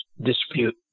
dispute